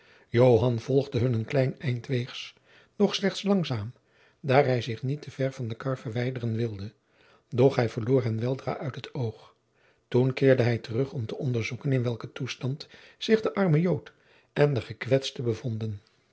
volgde hun een klein eind weegs doch slechts langzaam daar hij zich niet te ver van de kar verwijderen wilde doch hij verloor hen weldra uit het oog toen keerde hij terug om te onderzoeken in welken toestand zich de arme jood en de gekwetste bevonden